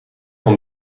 van